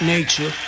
Nature